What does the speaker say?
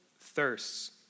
thirsts